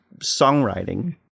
songwriting